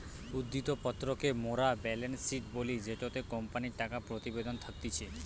উদ্ধৃত্ত পত্র কে মোরা বেলেন্স শিট বলি জেটোতে কোম্পানির টাকা প্রতিবেদন থাকতিছে